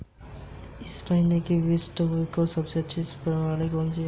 इस महीने एक क्विंटल चावल की क्या कीमत है?